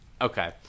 Okay